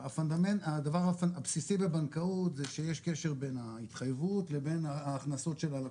הדבר הבסיסי בבנקאות זה שיש קשר בין ההתחייבות לבין ההכנסות של הלקוח.